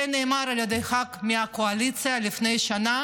זה נאמר על ידי ח"כ מהקואליציה לפני שנה